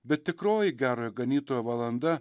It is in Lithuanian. bet tikroji gerojo ganytojo valanda